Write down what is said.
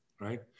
right